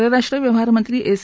परराष्ट्र व्यवहारमंत्री एस